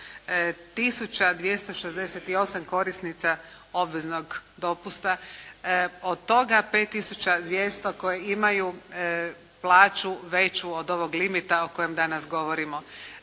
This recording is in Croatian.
268 korisnica obveznog dopusta. Od toga 5 tisuća 200 koje imaju plaću veću od ovog limita o kojem danas govorimo.